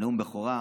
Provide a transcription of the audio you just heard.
בנאום בכורה,